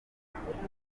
nagurishije